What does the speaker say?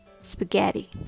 spaghetti